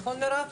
נכון, מירב?